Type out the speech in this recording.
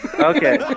Okay